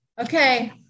Okay